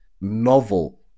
novel